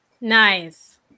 Nice